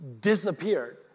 disappeared